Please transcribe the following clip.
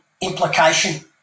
implication